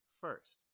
first